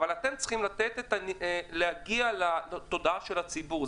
אבל אתם צריכים להגיע לתודעה של הציבור.